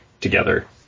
together